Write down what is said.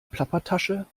plappertasche